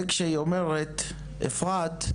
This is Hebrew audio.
זה כשהיא אומרת אפרת,